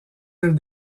îles